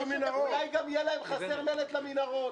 אולי גם יהיה חסר להם מלט למנהרות.